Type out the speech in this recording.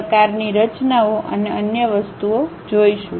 પ્રકારની રચનાઓ અને અન્ય વસ્તુઓ જોઈશું